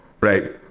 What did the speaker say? right